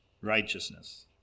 righteousness